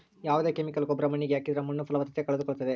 ಯಾವ್ದೇ ಕೆಮಿಕಲ್ ಗೊಬ್ರ ಮಣ್ಣಿಗೆ ಹಾಕಿದ್ರೆ ಮಣ್ಣು ಫಲವತ್ತತೆ ಕಳೆದುಕೊಳ್ಳುತ್ತದೆ